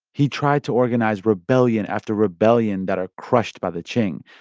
he tried to organize rebellion after rebellion that are crushed by the qing.